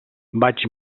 vaig